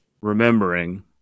remembering